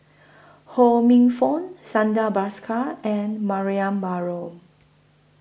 Ho Minfong Santha Bhaskar and Mariam Baharom